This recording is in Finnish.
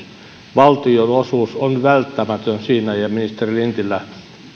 valtionosuus on välttämätön siinä ja ministeri lintilä